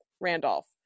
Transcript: Randolph